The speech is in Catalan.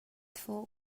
fou